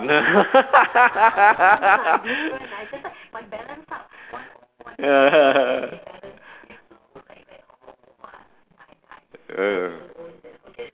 ~ner